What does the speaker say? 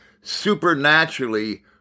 Supernaturally